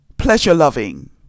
Pleasure-loving